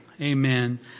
Amen